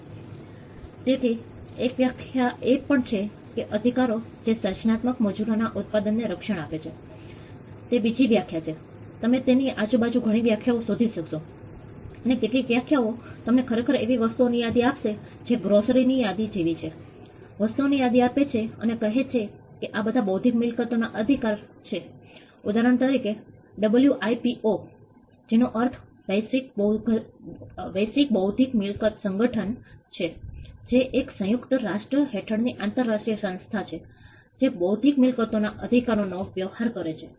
તેથી એક વ્યાખ્યા એ છે કે અધિકારો જે સર્જનાત્મક મજૂરોના ઉત્પાદનને રક્ષણ આપે છે તે બીજી વ્યાખ્યા છે તમે તેની આજુબાજુ ઘણી વ્યાખ્યાઓ શોધી શકશો અને કેટલીક વ્યાખ્યાઓ તમને ખરેખર એવી વસ્તુઓની યાદી આપશે જે ગ્રોસરી ની યાદી જેવી છે વસ્તુઓની યાદી આપે છે અને કહે છે કે આ બધા બૌદ્ધિક મિલકતોના અધિકાર છે ઉદાહરણ તરીકે ડબલ્યુઆઇપીઓ જેનો અર્થ વૈશ્વિક બૌદ્ધિક મિલકત સંગઠન છે જે એક સંયુક્ત રાષ્ટ્ર હેઠળની આંતરરાષ્ટ્રીય સંસ્થા છે જે બૌદ્ધિક મિલકતોના અધિકારો નો વ્યવહાર કરે છે